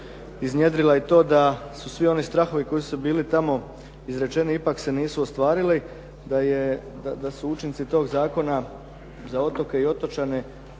iznijedrila i to da su svi oni strahovi koji su bili tamo izrečeni ipak se nisu ostvarili, da je, da su učinci toga zakona za otoke i otočane